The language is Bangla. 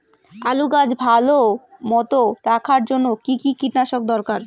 আলুর গাছ ভালো মতো রাখার জন্য কী কী কীটনাশক দরকার?